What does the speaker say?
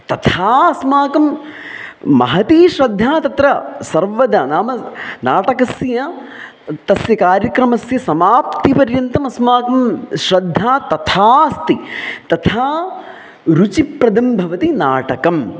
तथा अस्माकं महती श्रद्धा तत्र सर्वदा नाम नाटकस्य तस्य कार्यक्रमस्य समाप्तिपर्यन्तमस्माकं श्रद्धा तथा अस्ति तथा रुचिप्रदं भवति नाटकम्